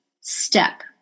step